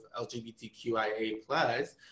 LGBTQIA+